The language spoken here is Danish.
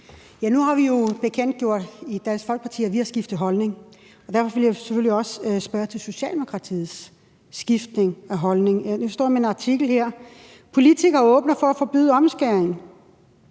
Nu har vi jo bekendtgjort i Dansk Folkeparti, at vi har skiftet holdning, og derfor vil jeg selvfølgelig også spørge til Socialdemokratiets skift i holdning. Jeg står her med artiklen »Politikere åbner for at forbyde omskæring«.